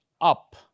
up